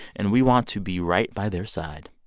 and we want to be right by their side.